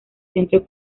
centro